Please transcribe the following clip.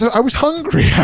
yeah i was hungry.